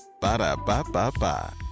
Ba-da-ba-ba-ba